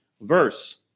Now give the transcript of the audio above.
verse